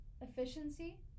Efficiency